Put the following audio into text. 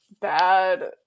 bad